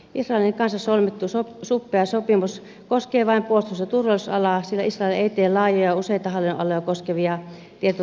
israelin kanssa solmittu suppea sopimus koskee vain puolustus ja turvallisuusalaa sillä israel ei tee laajoja ja useita hallinnonaloja koskevia tietoturvasopimuksia